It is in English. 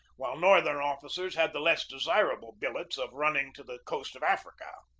while northern offi cers had the less desirable billets of running to the coast of africa.